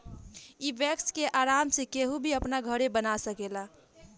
इ वैक्स के आराम से केहू भी अपना घरे बना सकेला